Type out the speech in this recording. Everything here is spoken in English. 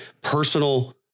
personal